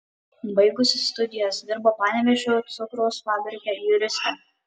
baigusi studijas dirbo panevėžio cukraus fabrike juriste